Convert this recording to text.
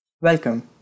Welcome